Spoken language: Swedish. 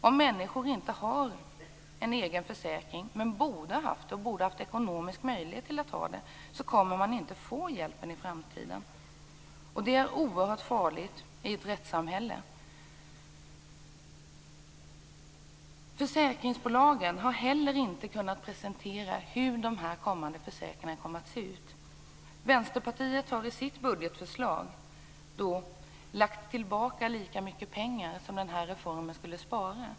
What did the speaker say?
Om människor inte har en egen försäkring men borde ha haft ekonomiska möjligheter till en egen försäkring, kommer de inte att få rättshjälp i framtiden. Detta är oerhört farligt i ett rättssamhälle. Försäkringsbolagen har heller inte kunnat presentera hur de kommande försäkringarna kommer att se ut. Vänsterpartiet har i sitt budgetförslag lagt tillbaka lika mycket pengar som den här reformen skulle spara.